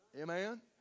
Amen